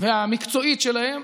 והמקצועית שלהם,